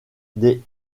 des